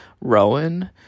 Rowan